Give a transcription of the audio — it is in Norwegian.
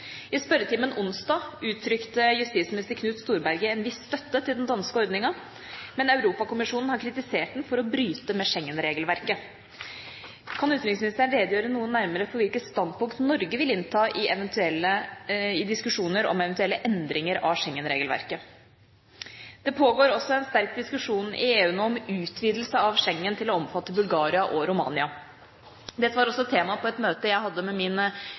I spørretimen onsdag uttrykte justisminister Knut Storberget en viss støtte til den danske ordningen, men Europakommisjonen har kritisert den for å bryte med Schengen-regelverket. Kan utenriksministeren redegjøre noe nærmere for hvilket standpunkt Norge vil innta i diskusjoner om eventuelle endringer av Schengen-regelverket? Det pågår også en sterk diskusjon i EU nå om utvidelse av Schengen til å omfatte Bulgaria og Romania. Dette var også temaet på et møte jeg hadde med